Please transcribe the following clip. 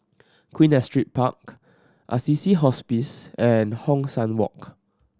Queen Astrid Park Assisi Hospice and Hong San Walk